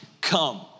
come